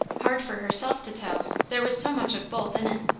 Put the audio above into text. hard for herself to tell, there was so much of both in it.